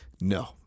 No